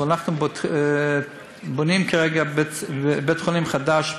אבל אנחנו בונים כרגע בית-חולים חדש בבאר-שבע.